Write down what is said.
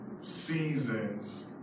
seasons